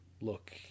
look